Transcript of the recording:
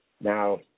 Now